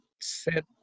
set